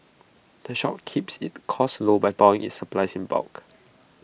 the shop keeps its costs low by buying its supplies in bulk